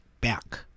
back